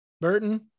Burton